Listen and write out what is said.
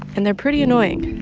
and they're pretty annoying.